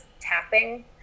tapping